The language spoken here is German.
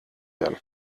werden